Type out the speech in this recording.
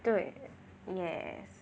对 yes